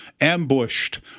ambushed